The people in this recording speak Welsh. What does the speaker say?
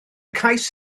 cais